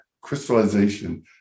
crystallization